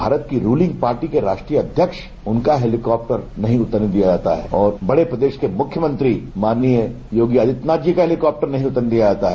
भारत के ruling party के राष्ट्रीय अध्यक्ष उनका हेलीकाप्टर उतरने नहींदिया जाता है और बड़े प्रदेश के मुख्यमंत्री माननीय योगी आदित्यनाथ जी का हेलीकाप्टरनहीं उतरने दिया जाता है